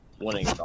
winning